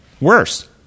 Worse